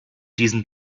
diesen